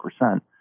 percent